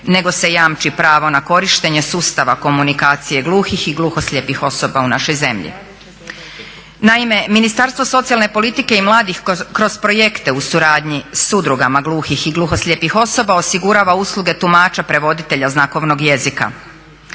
nego se jamči pravo na korištenje sustava komunikacije gluhih i gluhoslijepih osoba u našoj zemlji. Naime, Ministarstvo socijalne politike i mladih kroz projekte u suradnji sa udrugama gluhih i gluhoslijepih osoba osigurava usluge tumača prevoditelja znakovnog jezika.